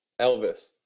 Elvis